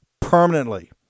permanently